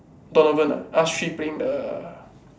Donovan ah us three playing the